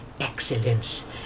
excellence